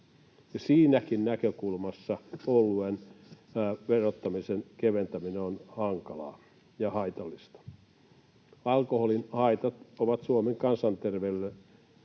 Siinäkin näkökulmassa oluen verottamisen keventäminen on hankalaa ja haitallista. Alkoholin haitat Suomen kansanterveydelle